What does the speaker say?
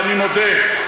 ואני מודה,